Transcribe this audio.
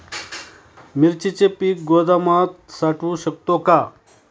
मिरचीचे पीक गोदामात साठवू शकतो का?